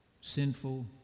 sinful